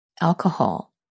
alcohol